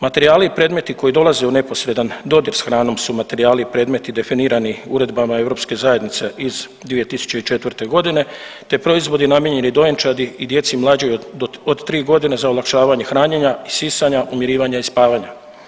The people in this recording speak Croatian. Materijali i predmeti koji dolaze u neposredan dodir s hranom su materijali i predmeti definirani uredbama Europske zajednice iz 2004. godine te proizvodi namijenjeni dojenčadi i djeci mlađoj od 3 godine za olakšavanje hranjenja i sisanja, umirivanja i spavanja.